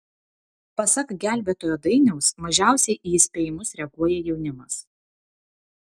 pasak gelbėtojo dainiaus mažiausiai į įspėjimus reaguoja jaunimas